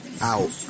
out